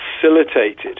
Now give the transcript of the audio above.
facilitated